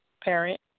parent